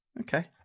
Okay